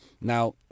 Now